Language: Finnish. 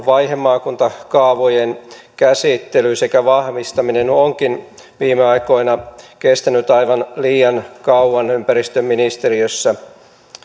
vaihemaakuntakaavojen käsittely sekä vahvistaminen onkin viime aikoina kestänyt aivan liian kauan ympäristöministeriössä